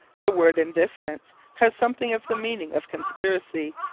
the word, in this sense, has something of the meaning of conspiracy,